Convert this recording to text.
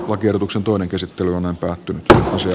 lakiehdotuksen toinen käsittely on nopea kaasu ja